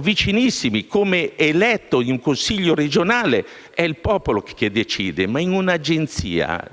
vicinissimi. Come eletto in Consiglio regionale è il popolo che decide, ma in un'agenzia